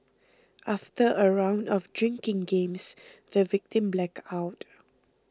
after a round of drinking games the victim blacked out